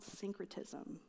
syncretism